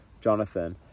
Jonathan